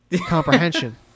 comprehension